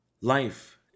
life